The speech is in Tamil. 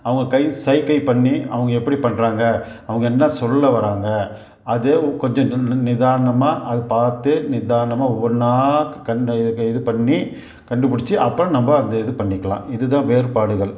அவங்க கை சைகை பண்ணி அவங்க எப்படி பண்ணுறாங்க அவங்க என்ன சொல்ல வர்றாங்க அது கொஞ்சம் நிதானமாக அது பார்த்து நிதானமாக ஒவ்வொன்றா கண் இது இது பண்ணி கண்டுபிடிச்சி அப்புறம் நம்ம அந்த இது பண்ணிக்கலாம் இதுதான் வேறுபாடுகள்